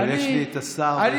אבל יש לי את השר ויש לי עוד חוק.